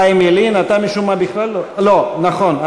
חיים ילין, אתה משום מה בכלל לא, לא, נכון.